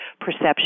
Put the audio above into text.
perception